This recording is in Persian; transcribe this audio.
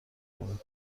کنید